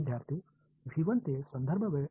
विद्यार्थीः ते प्रदेश